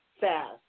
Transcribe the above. fast